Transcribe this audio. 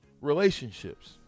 Relationships